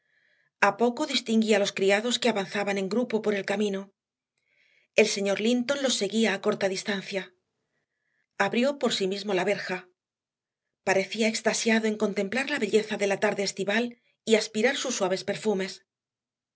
inmóvil a poco distinguí a los criados que avanzaban en grupo por el camino el señor linton los seguía a corta distancia abrió por sí mismo la verja parecía extasiado en contemplar la belleza de la tarde estival y aspirar sus suaves perfumes